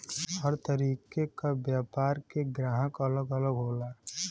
हर तरीके क व्यापार के ग्राहक अलग अलग होला